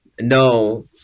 No